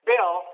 Bill